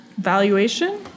valuation